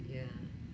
yeah